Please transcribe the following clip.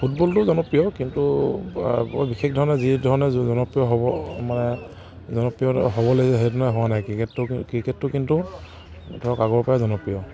ফুটবলটো জনপ্ৰিয় কিন্তু বৰ বিশেষ ধৰণে যিধৰণে জনপ্ৰিয় হ'ব মানে জনপ্ৰিয় হ'ব লাগে সেইধৰণে হোৱা নাই ক্ৰিকেটটো ক্ৰিকেটটো কিন্তু ধৰক আগৰ পৰাই জনপ্ৰিয়